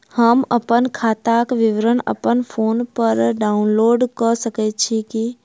हम अप्पन खाताक विवरण अप्पन फोन पर डाउनलोड कऽ सकैत छी?